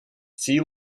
see